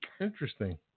Interesting